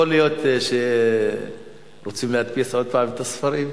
יכול להיות שרוצים להדפיס עוד פעם את הספרים?